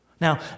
Now